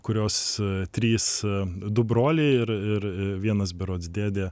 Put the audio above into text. kurios trys du broliai ir ir vienas berods dėdė